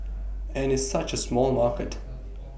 and it's such A small market